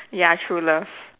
ya true love